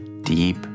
deep